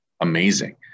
Amazing